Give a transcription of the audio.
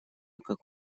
как